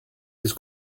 des